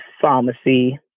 pharmacy